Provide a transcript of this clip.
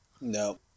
No